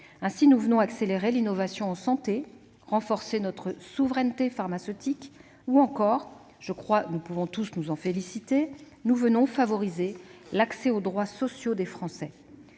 Ainsi, nous accélérons l'innovation en santé, nous renforçons notre souveraineté pharmaceutique et- je crois que nous pouvons tous nous en féliciter -nous favorisons l'accès aux droits sociaux des Français.